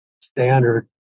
standard